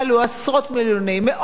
מאות מיליוני אנשים בעולם.